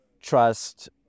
trust